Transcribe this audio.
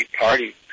party